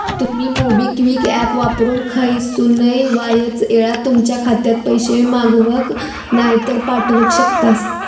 तुमी मोबिक्विक ऍप वापरून खयसूनय वायच येळात तुमच्या खात्यात पैशे मागवक नायतर पाठवक शकतास